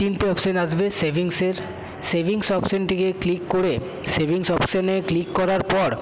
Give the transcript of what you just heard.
তিনটে অপশান আসবে সেভিংসের সেভিংস অপশানটিকে ক্লিক করে সেভিংস অপশানে ক্লিক করার পর